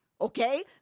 Okay